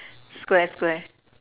square square